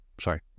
Sorry